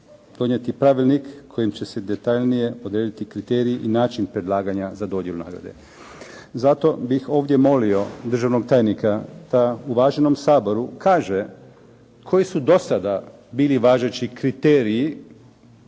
donijeti pravilnik kojim će se detaljnije odrediti kriteriji i način predlaganja za dodjelu nagrade. Zato bih ovdje molio uvaženog tajnika da uvaženom saboru kaže koji su do sada bili važeći kriteriji,